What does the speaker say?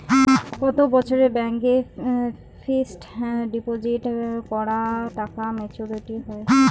কত বছরে ব্যাংক এ ফিক্সড ডিপোজিট করা টাকা মেচুউরিটি হয়?